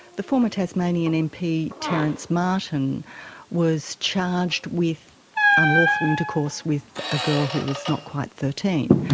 the former tasmanian mp terence martin was charged with unlawful intercourse with a girl who was not quite thirteen,